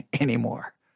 anymore